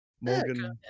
Morgan